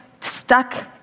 stuck